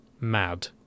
mad